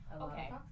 okay